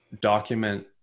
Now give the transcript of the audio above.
document